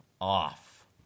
off